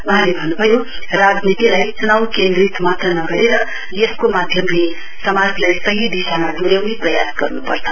वहाँले भन्नुभयो राजनीतिलाई चुनाउ केन्द्रित मात्र नगरेर यसको माध्यमले समाजलाई सही दिशामा डोर्याउने प्रयास गर्नुपर्छ